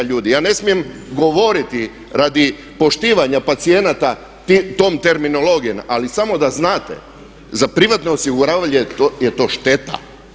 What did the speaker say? Ljudi, ja ne smijem govoriti radi poštivanja pacijenata tom terminologijom ali samo da znate za privatne osiguravatelje je to šteta.